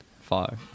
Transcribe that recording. far